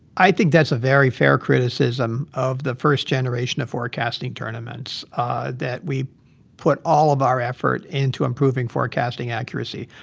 i think that's a very fair criticism of the first generation of forecasting tournaments that we put all of our effort into improving forecasting accuracy.